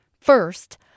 First